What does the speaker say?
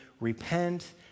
Repent